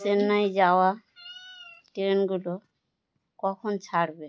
চেন্নাই যাওয়া ট্রেনগুলো কখন ছাড়বে